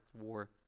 War